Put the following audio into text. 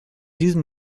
diesem